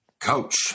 Coach